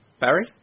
Barry